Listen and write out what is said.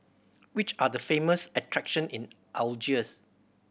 which are the famous attraction in Algiers